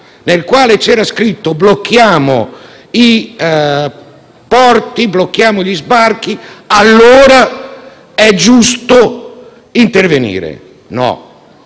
nel quale c'era scritto di bloccare i porti e di bloccare gli sbarchi, allora è giusto intervenire. No